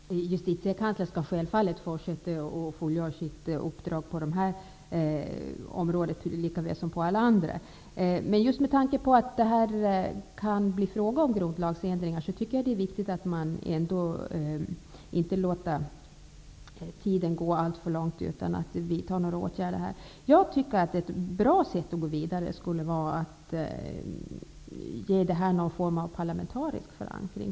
Fru talman! Justitiekanslern skall självfallet fullgöra sitt uppdrag på det här området lika väl som på alla andra, men just med tanke på att det här kan bli fråga om grundlagsändringar tycker jag ändå att det är viktigt att man inte låter alltför lång tid gå utan att åtgärder vidtas. Ett bra sätt att gå vidare skulle enligt min uppfattning vara att ge denna fråga någon form av parlamentarisk förankring.